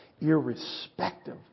irrespective